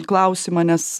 klausimą nes